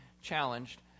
challenged